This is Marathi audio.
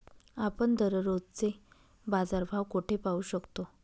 आपण दररोजचे बाजारभाव कोठे पाहू शकतो?